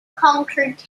conquered